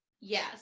yes